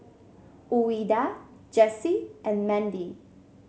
Ouida Jessie and Mandy